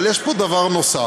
אבל יש פה דבר נוסף.